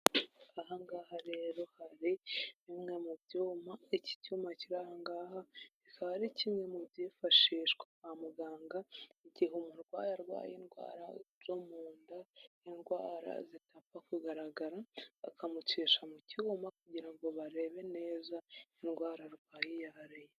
Aha ngaha rero hari bimwe mu byuma, iki cyuma kiri ahangaha kikaba ari kimwe mu byifashishwa kwa muganga igihe umurwayi arwaye indwara zo mu nda, indwara zidapfa kugaragara, bakamucisha mu cyuma kugira ngo barebe neza indwara arwaye iyo ariyo.